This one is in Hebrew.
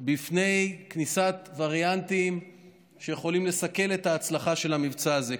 מפני כניסת וריאנטים שיכולים לסכל את ההצלחה של המבצע הזה.